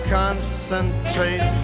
concentrate